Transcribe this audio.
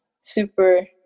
Super